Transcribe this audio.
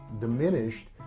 diminished